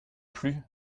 plus